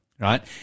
Right